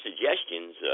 suggestions